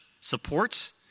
supports